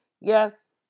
Yes